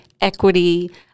equity